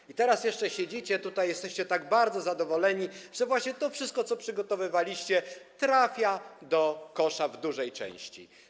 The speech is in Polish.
I teraz jeszcze siedzicie tutaj i jesteście tak bardzo zadowoleni, że właśnie to wszystko, co przygotowywaliście, trafia do kosza w dużej części.